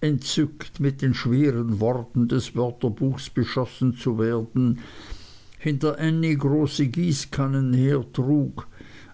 entzückt mit den schweren worten des wörterbuchs beschossen zu werden hinter ännie große gießkannen hertrug